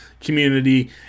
community